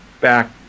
back